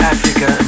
Africa